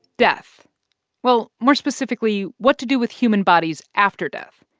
death well, more specifically, what to do with human bodies after death.